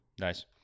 Nice